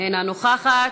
אינה נוכחת.